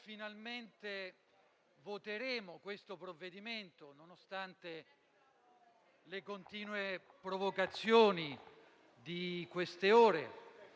finalmente voteremo questo provvedimento, nonostante le continue provocazioni di queste ore,